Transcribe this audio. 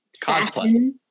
cosplay